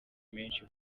menshi